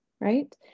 right